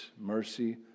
mercy